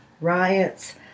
riots